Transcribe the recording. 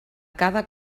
cada